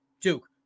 Duke